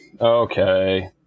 Okay